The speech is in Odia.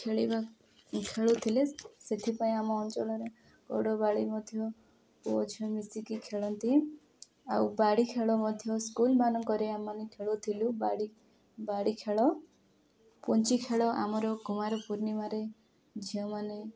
ଖେଳିବା ଖେଳୁଥିଲେ ସେଥିପାଇଁ ଆମ ଅଞ୍ଚଳରେ ଗଡ଼ବାଡ଼ି ମଧ୍ୟ ପୁଅ ଝିଅ ମିଶିକି ଖେଳନ୍ତି ଆଉ ବାଡ଼ି ଖେଳ ମଧ୍ୟ ସ୍କୁଲ୍ମାନଙ୍କରେ ଆମମାନେ ଖେଳୁଥିଲୁ ବାଡ଼ି ବାଡ଼ି ଖେଳ ପୁଞ୍ଚି ଖେଳ ଆମର କୁମାର ପୂର୍ଣ୍ଣିମାରେ ଝିଅମାନେ